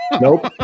Nope